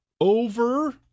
over